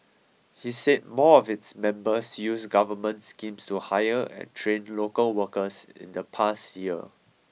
he said more of its members used government schemes to hire and train local workers in the past year